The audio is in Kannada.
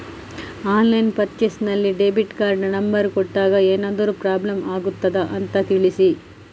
ಆನ್ಲೈನ್ ಪರ್ಚೇಸ್ ನಲ್ಲಿ ಡೆಬಿಟ್ ಕಾರ್ಡಿನ ನಂಬರ್ ಕೊಟ್ಟಾಗ ಏನಾದರೂ ಪ್ರಾಬ್ಲಮ್ ಆಗುತ್ತದ ಅಂತ ತಿಳಿಸಿ?